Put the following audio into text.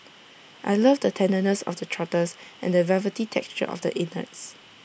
I love the tenderness of the trotters and the velvety texture of the innards